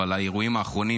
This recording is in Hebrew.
אבל האירועים האחרונים,